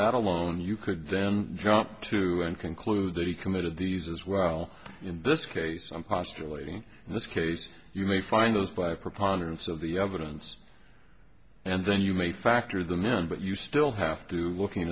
that alone you could then jump to conclude that he committed these as well in this case i'm postulating in this case you may find this by a preponderance of the evidence and then you may factor the man but you still have to looking